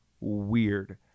weird